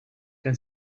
then